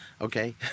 Okay